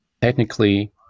technically